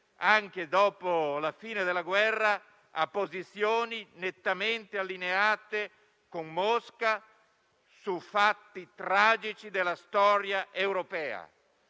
anche dopo la fine della guerra, a posizioni nettamente allineate con Mosca su fatti tragici della storia europea.